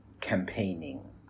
campaigning